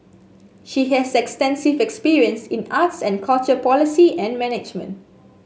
she has extensive experience in arts and culture policy and management